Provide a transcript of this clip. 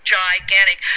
gigantic